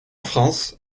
france